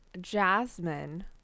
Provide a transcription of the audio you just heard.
Jasmine